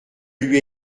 lui